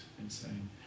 insane